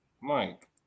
Mike